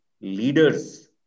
leaders